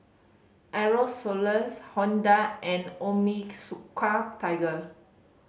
Aerosoles Honda and Onitsuka Tiger